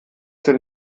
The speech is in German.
denn